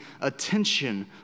attention